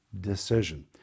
decision